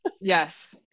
Yes